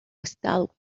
estado